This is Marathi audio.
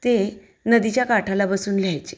ते नदीच्या काठाला बसून लिहायचे